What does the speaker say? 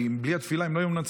כי בלי התפילה הם לא היו מנצחים.